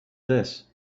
this